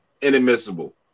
inadmissible